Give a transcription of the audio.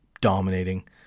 dominating